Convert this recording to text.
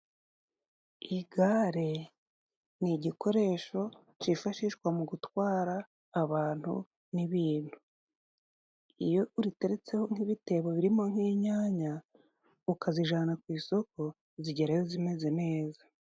Igare ni igikoresho cifashishwa mu gutwara abantu n'ibintu. Iyo uriteretseho nk'ibitebo birimo nk'inyanya ukazijana ku isoko, zigerayo zimeze neza.